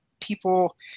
People